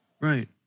Right